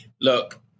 Look